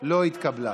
לא התקבלה.